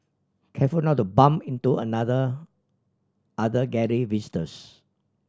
careful not to bump into another other Gallery visitors